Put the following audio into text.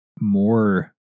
more